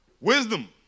Wisdom